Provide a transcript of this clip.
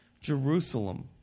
Jerusalem